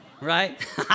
right